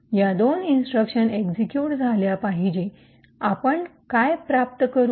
या दोन instruction execute झाल्या म्हणजे आपण काय प्राप्त करू